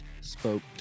Spoke